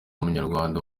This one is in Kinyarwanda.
munyarwanda